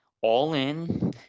all-in